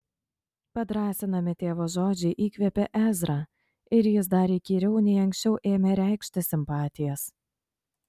padrąsinami tėvo žodžiai įkvėpė ezrą ir jis dar įkyriau nei anksčiau ėmė reikšti simpatijas